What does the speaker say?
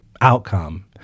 outcome